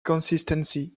consistency